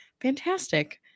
fantastic